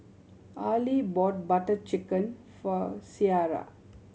Arly bought Butter Chicken for Ciara